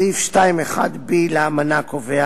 סעיף 2(1)(b) לאמנה קובע